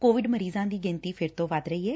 Covid ਮਰੀਜ਼ਾਂ ਦੀ ਗਿਣਤੀ ਫਿਰ ਤੋਂ ਵੱਧ ਰਹੀ ਐ